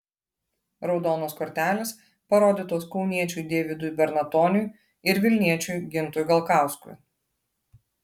raudonos kortelės parodytos kauniečiui deividui bernatoniui ir vilniečiui gintui galkauskui